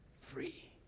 free